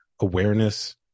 awareness